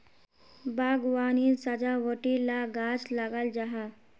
बाग्वानित सजावटी ला गाछ लगाल जाहा